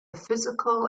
physical